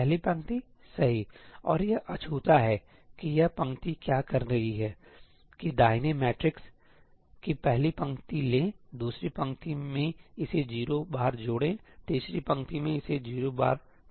पहली पंक्ति सही और यह अछूता है कि यह पंक्ति क्या कह रही है कि दाहिने मैट्रिक्स सही की पहली पंक्ति लेंदूसरी पंक्ति में इसे 0 बार जोड़ें तीसरी पंक्ति में इसे 0 बार जोड़ें